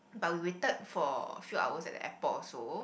but we waited for few hours at the airport also